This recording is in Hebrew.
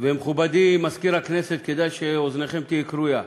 ומכובדי מזכיר הכנסת, כדאי שאוזנכם תהיה כרויה,